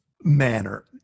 manner